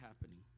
happening